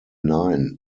nine